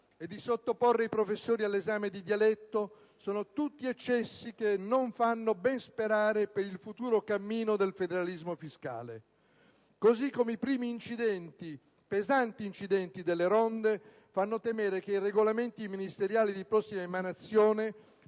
e di sottoporre i professori all'esame di dialetto, sono tutti eccessi che non fanno ben sperare per il futuro cammino del federalismo fiscale. Così come i primi, pesanti incidenti delle ronde fanno temere che i regolamenti ministeriali di prossima emanazione